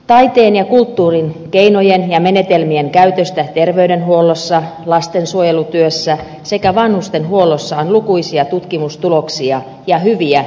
taiteen ja kulttuurin keinojen ja menetelmien käytöstä terveydenhuollossa lastensuojelutyössä sekä vanhustenhuollossa on lukuisia tutkimustuloksia ja hyviä esimerkkejä